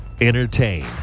Entertain